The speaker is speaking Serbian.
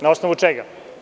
Na osnovu čega?